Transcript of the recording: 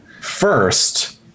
first